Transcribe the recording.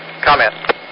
Comment